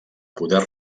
poder